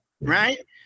right